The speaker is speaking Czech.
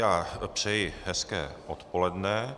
Já přeji hezké odpoledne.